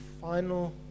final